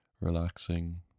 relaxing